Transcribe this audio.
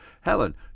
helen